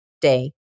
day